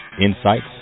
insights